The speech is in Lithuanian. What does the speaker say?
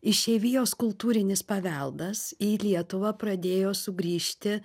išeivijos kultūrinis paveldas į lietuvą pradėjo sugrįžti